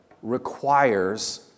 Requires